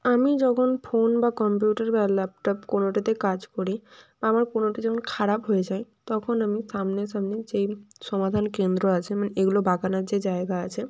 আমি যখন ফোন বা কম্পিউটার বা ল্যাপটপ কোনোটাতে কাজ করি বা আমার কোনোটা যখন খারাপ হয়ে যায় তখন আমি সামনে সামনে যেই সমাধান কেন্দ্র আছে মানে এগুলো বাগানোর যে জায়গা আছে